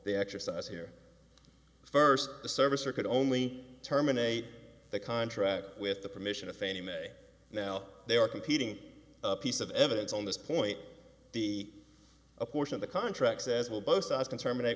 the exercise here first the service or could only terminate the contract with the permission of fannie mae now they are competing a piece of evidence on this point the a portion of the contract says well both sides can terminate